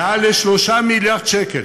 מעל 3 מיליארד שקל